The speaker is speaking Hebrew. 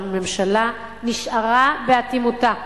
שהממשלה נשארה באטימותה.